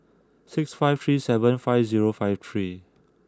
six five three seven five zero five three